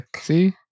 See